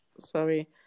Sorry